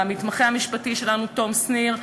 למתמחה המשפטי שלנו תום שניר.